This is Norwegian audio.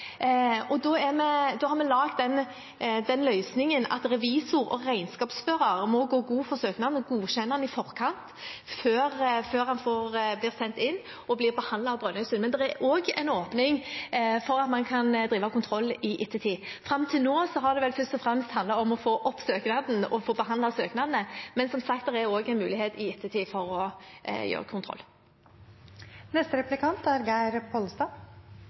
Da laget vi den løsningen at revisor og regnskapsfører må gå god for søknaden, godkjenne den i forkant, før den blir sendt inn og behandlet av Brønnøysundregistrene. Men det er også en ordning for at man kan drive kontroll i ettertid. Fram til nå har det vel først og fremst handlet om å få behandlet søknadene, men som sagt er det også en mulighet for å drive kontroll i ettertid. Ei av dei næringane som er